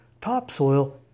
Topsoil